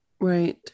Right